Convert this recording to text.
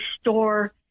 store